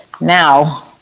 Now